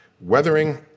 weathering